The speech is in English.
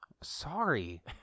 Sorry